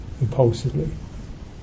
impulsively